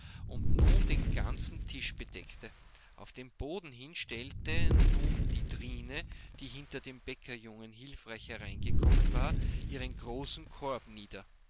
und nun den ganzen tisch bedeckte auf den boden hin stellte nun die trine die hinter dem bäckerjungen hilfreich hereingekommen war ihren großen korb nieder